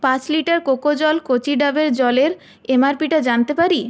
পাঁচ লিটার কোকোজল কচি ডাবের জলের এম আর পিটা জানতে পারি